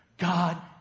God